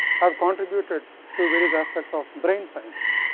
have contributed to various aspects of brain science.